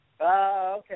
okay